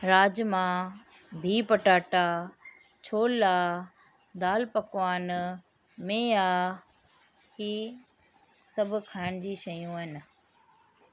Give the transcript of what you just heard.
राजमा बीह पटाटा छोला दालि पकवान मेहा हीअ सभु खाइण जी शयूं आहिनि